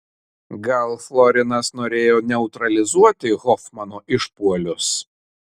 gal florinas norėjo neutralizuoti hofmano išpuolius